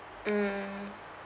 mm